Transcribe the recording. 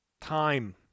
time